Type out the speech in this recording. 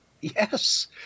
Yes